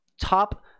top